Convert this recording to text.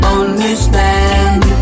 understand